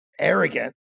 arrogant